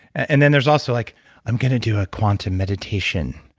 and then there's also like i'm going to do a quantum meditation,